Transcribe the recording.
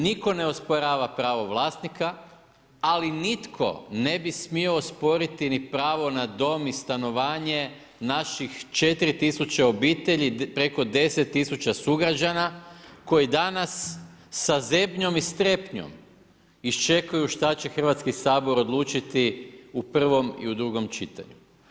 Nitko ne osporava prava vlasnika, ali nitko ne bi smio osporiti ni pravo na dom ni stanovanje naših 4000 obitelji, preko 10000 sugrađana koji danas sa zebnjom i strepnjom iščekuju šta će Hrvatski sabor odlučiti u prvom i u drugom čitanju.